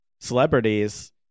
celebrities